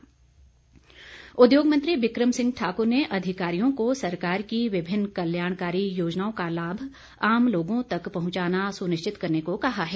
बिक्रम ठाक्र उद्योग मंत्री बिक्रम सिंह ठाकुर ने अधिकारियों को सरकार की विभिन्न कल्याणकारी योजनाओं का लाभ आम लोगों तक पहुंचाना सुनिश्चित करने को कहा है